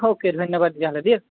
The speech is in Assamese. অ'কে ধন্যবাদ তেতিয়াহ'লে দেই